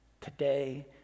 today